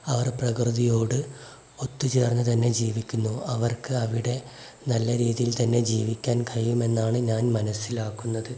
അവർ പ്രകൃതിയോട് ഒത്തുചേർന്നുതന്നെ ജീവിക്കുന്നു അവർക്ക് അവിടെ നല്ല രീതിയിൽ തന്നെ ജീവിക്കാൻ കഴിയുമെന്നാണ് ഞാൻ മനസ്സിലാക്കുന്നത്